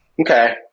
Okay